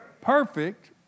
Perfect